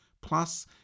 Plus